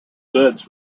goods